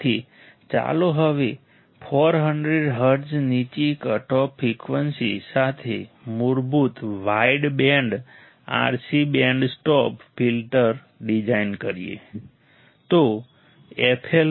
તેથી ચાલો હવે 400 હર્ટ્ઝ નીચી કટઓફ ફ્રિકવન્સી સાથે મૂળભૂત wide band RC band stop filter design કરીએ